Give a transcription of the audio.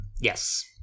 Yes